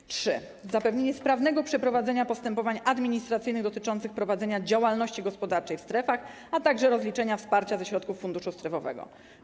Po trzecie, zapewnienie sprawnego przeprowadzenia postępowań administracyjnych dotyczących prowadzenia działalności gospodarczej w strefach, a także rozliczenia wsparcia ze środków funduszu strefowego.